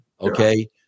okay